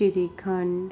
ਸ਼੍ਰੀ ਖੰਡ